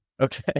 Okay